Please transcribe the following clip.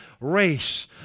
race